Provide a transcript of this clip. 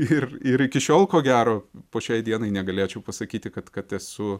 ir ir iki šiol ko gero po šiai dienai negalėčiau pasakyti kad kad esu